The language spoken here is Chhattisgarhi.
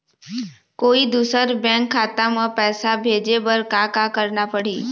कोई दूसर बैंक खाता म पैसा भेजे बर का का करना पड़ही?